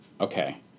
Okay